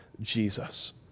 Jesus